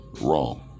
wrong